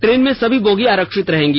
train में सभी bogie आरक्षित रहेगी